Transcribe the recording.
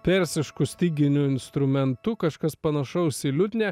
persišku styginiu instrumentu kažkas panašaus į liutnią